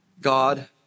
God